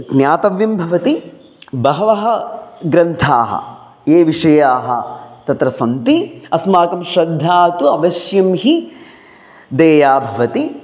ज्ञातव्यं भवति बहवः ग्रन्थाः ये विषयाः तत्र सन्ति अस्माकं श्रद्धा तु अवश्यं हि देया भवति